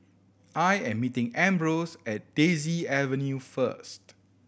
I am meeting Ambrose at Daisy Avenue first